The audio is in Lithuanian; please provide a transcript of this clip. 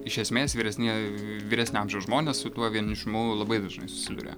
iš esmės vyresni vyresnio amžiaus žmonės su tuo vienišumu labai dažnai susiduria